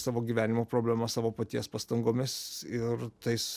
savo gyvenimo problemas savo paties pastangomis ir tais